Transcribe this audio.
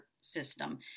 system